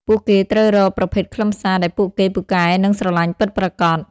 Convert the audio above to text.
ពួកគេត្រូវរកប្រភេទខ្លឹមសារដែលពួកគេពូកែនិងស្រលាញ់ពិតប្រាកដ។